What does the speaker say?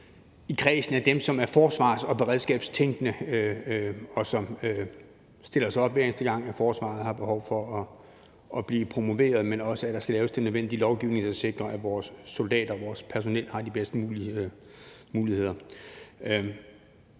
i kredsen af dem, som er forsvars- og beredskabstænkende, og som stiller sig op, hver eneste gang forsvaret har behov for at blive promoveret, men også når der skal laves den nødvendige lovgivning, der sikrer, at vores soldater, vores personel, har de bedste muligheder.